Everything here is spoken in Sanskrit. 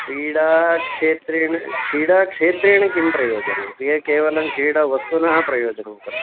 क्रीडाक्षेत्रेण क्रीडाक्षेत्रेण किं प्रयोजनं ए केवलं क्रीडावस्तुनः प्रयोजनं खलु